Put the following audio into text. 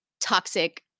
toxic